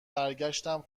برگشتم